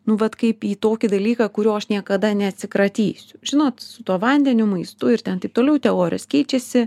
nu vat kaip į tokį dalyką kurio aš niekada neatsikratysiu žinot su tuo vandeniu maistu ir ten taip toliau teorijos keičiasi